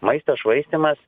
maisto švaistymas